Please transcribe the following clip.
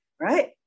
Right